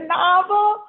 novel